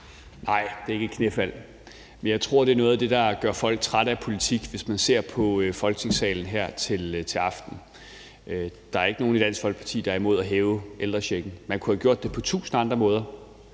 Nej, det er ikke et knæfald. Jeg tror, det her er noget af det, der gør folk trætte af politik, hvis de ser på Folketingssalen her til aften. Der er ikke nogen i Dansk Folkeparti, der er imod at hæve ældrechecken. Man kunne have gjort det på tusind andre måder,